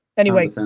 anyway, so